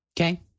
Okay